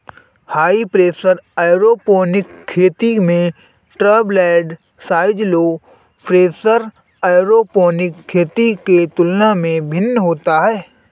high pressure aeroponic खेती में droplet size low pressure aeroponic खेती के तुलना में भिन्न होता है